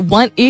one